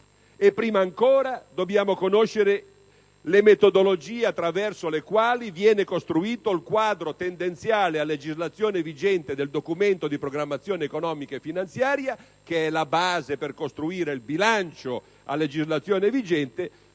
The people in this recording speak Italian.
Prima ancora dobbiamo conoscere le metodologie attraverso le quali viene costruito il quadro tendenziale a legislazione vigente del Documento di programmazione economico-finanziaria che è la base per costruire il bilancio a legislazione vigente;